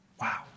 Wow